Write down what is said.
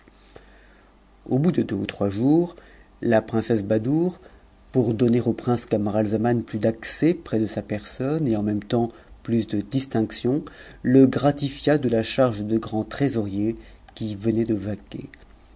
au bout de deux ou trois jours la princesse badoure pour donner au prince camaralzaman plus d'accès près de sa personne et en même temps plus de distinction le gratifia de la charge de grand trésorier qui venait de vaquer